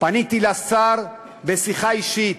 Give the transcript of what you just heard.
פניתי לשר בשיחה אישית,